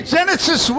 Genesis